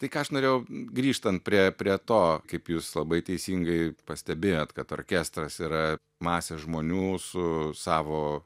tai ką aš norėjau grįžtant prie prie to kaip jūs labai teisingai pastebėjot kad orkestras yra masė žmonių su savo